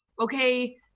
okay